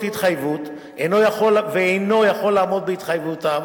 התחייבות ואינו יכול לעמוד בהתחייבויותיו